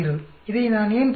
இதை நான் ஏன் பார்க்கிறேன்